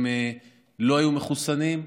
הם לא היו מחוסנים,